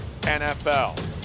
NFL